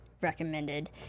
recommended